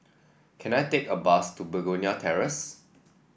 can I take a bus to Begonia Terrace